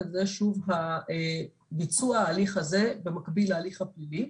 וזה שוב ביצוע ההליך הזה במקביל להליך הפלילי.